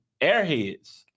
airheads